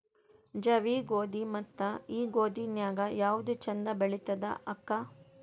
ಜವಿ ಗೋಧಿ ಮತ್ತ ಈ ಗೋಧಿ ನ್ಯಾಗ ಯಾವ್ದು ಛಂದ ಬೆಳಿತದ ಅಕ್ಕಾ?